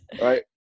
right